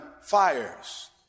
fires